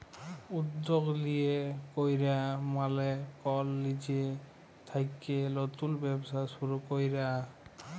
উদ্যগ লিয়ে ক্যরা মালে কল লিজে থ্যাইকে লতুল ব্যবসা শুরু ক্যরা